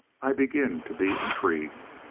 i begin to be intrigued.